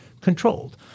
controlled